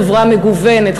חברה מגוונת,